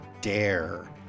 Dare